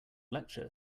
lecture